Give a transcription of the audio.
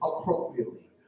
appropriately